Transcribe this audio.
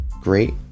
great